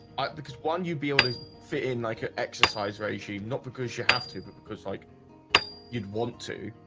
i because one you'd be able to fit in like an exercise regime not because you have to but because like you'd want to